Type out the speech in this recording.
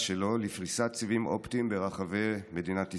שלו לפריסת סיבים אופטיים ברחבי מדינת ישראל,